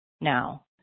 now